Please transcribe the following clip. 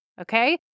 okay